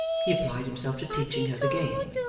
he applied himself to teaching her the game,